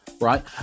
right